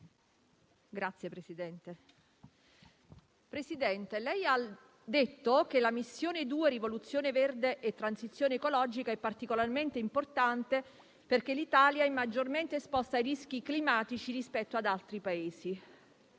Presidente, lei ha detto che la missione 2, rivoluzione verde e transizione ecologica, è particolarmente importante, perché l'Italia è maggiormente esposta ai rischi climatici rispetto ad altri Paesi.